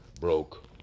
broke